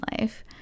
life